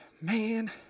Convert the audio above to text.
man